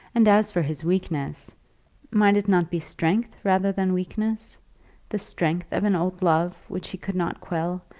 and as for his weakness might it not be strength, rather than weakness the strength of an old love which he could not quell,